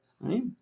Right